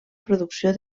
producció